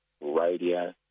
radio